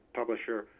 publisher